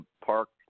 park